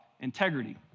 Integrity